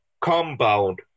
compound